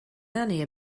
nanny